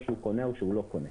או שהוא קונה או שהוא לא קונה.